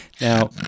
now